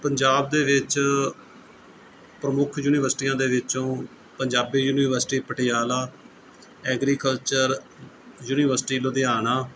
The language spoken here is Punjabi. ਪੰਜਾਬ ਦੇ ਵਿੱਚ ਪ੍ਰਮੁੱਖ ਯੂਨੀਵਰਸਿਟੀਆਂ ਦੇ ਵਿੱਚੋਂ Punjabi university Patiala agriculture university Ludhiana